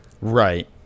right